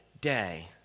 day